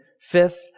Fifth